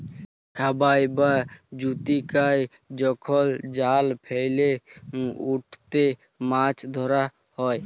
খাবাই বা জুচিকাই যখল জাল ফেইলে উটতে মাছ ধরা হ্যয়